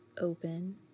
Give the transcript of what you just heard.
open